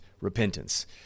repentance